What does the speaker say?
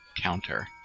counter